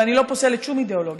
ואני לא פוסלת שום אידיאולוגיה,